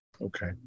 Okay